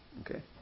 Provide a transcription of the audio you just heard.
Okay